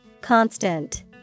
Constant